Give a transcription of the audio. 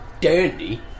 Dandy